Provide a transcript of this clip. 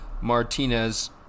Martinez